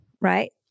Right